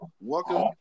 welcome